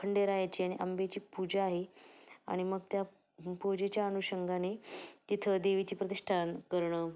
खंडेरायाची आणि अंबेची पूजा आहे आणि मग त्या पूजेच्या अनुषंगाने तिथं देवीची प्रतिष्ठान करणं